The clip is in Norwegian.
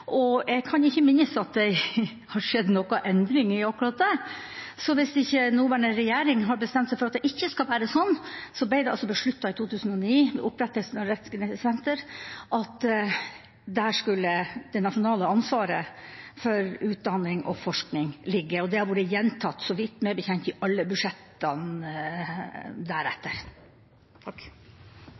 Bergen. Jeg kan ikke minnes at det har skjedd noen endring i akkurat det, så hvis ikke den nåværende regjering har bestemt seg for at det ikke skal være slik, ble det altså besluttet i 2009, ved opprettelsen av Rettsgenetisk senter, at der skulle det nasjonale ansvaret for rettsmedisinsk utdanning og forskning ligge. Og det har vært gjentatt, meg bekjent, i alle budsjettene deretter.